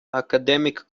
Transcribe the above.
academic